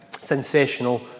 sensational